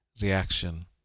reaction